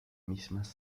mismas